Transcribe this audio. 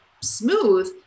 smooth